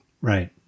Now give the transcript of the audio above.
right